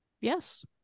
Yes